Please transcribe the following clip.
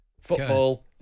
football